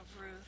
Ruth